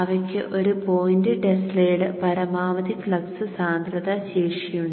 അവയ്ക്ക് ഒരു പോയിന്റ് ടെസ്ലയുടെ പരമാവധി ഫ്ലക്സ് സാന്ദ്രത ശേഷിയുണ്ട്